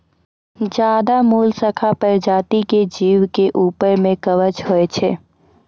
ज्यादे मोलसका परजाती के जीव के ऊपर में कवच होय छै